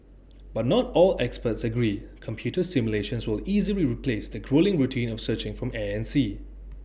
but not all experts agree computer simulations will easily replace the gruelling routine of searching from air and sea